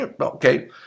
Okay